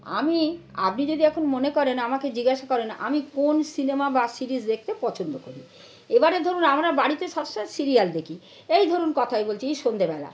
আমি আপনি যদি এখন মনে করেন আমাকে জিজ্ঞাসা করেন আমি কোন সিনেমা বা সিরিজ দেখতে পছন্দ করি এবারে ধরুন আমরা বাড়িতে সবসময় সিরিয়াল দেখি এই ধরুন কথায় বলছি এই সন্ধেবেলা